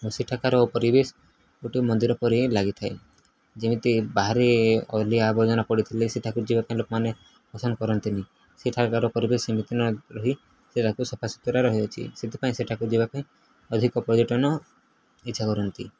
ସେଠାକାର ପରିବେଶ ଗୋଟିଏ ମନ୍ଦିର ପରି ଲାଗିଥାଏ ଯେମିତି ବାହାରେ ଅଳିଆ ଆବର୍ଜନା ପଡ଼ିଥିଲେ ସେଠାକୁ ଯିବା ପାଇଁ ଲୋକମାନେ ପସନ୍ଦ କରନ୍ତିନି ସେଠାକାର ପରିବେଶ ସେମିତି ନ ରହି ସେଠାକୁ ସଫାସତୁରା ରହିଅଛି ସେଥିପାଇଁ ସେଠାକୁ ଯିବା ପାଇଁ ଅଧିକ ପର୍ଯ୍ୟଟନ ଇଚ୍ଛା କରନ୍ତି